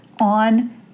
on